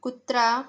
कुत्रा